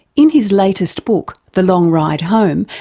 in his latest book, the long ride home,